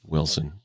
Wilson